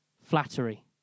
flattery